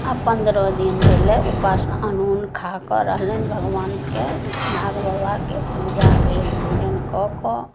आओर पन्द्रह दिन धरि लेल उपासना अनून खा कऽ रहलनि भगवानके नाग बाबाके पूजा भेल पूजन कऽ कऽ